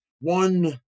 one